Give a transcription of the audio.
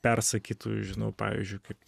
persakytų žinau pavyzdžiui kaip